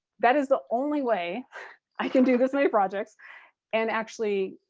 that is the only way i can do this many projects and actually,